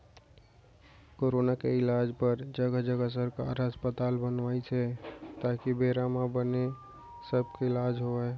corona के इलाज बर जघा जघा सरकार ह अस्पताल बनवाइस हे ताकि बेरा म बने सब के इलाज होवय